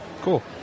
cool